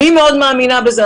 אני מאוד מאמינה בזה,